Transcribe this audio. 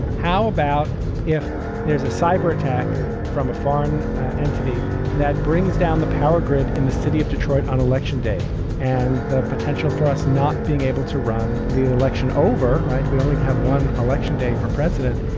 how about if there's a cyber attack from a foreign entity that brings down the power grid in the city of detroit on election day and the potential for us not being able to run the election over? right. we only have one election day for president.